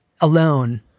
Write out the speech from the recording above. alone